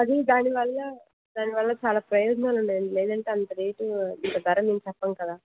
అది దానివల్ల దానివల్ల చాలా ప్రయోజనాలు ఉన్నాయి అండి లేదంటే అంత రేటు అంత ధర మేము చెప్పం కదా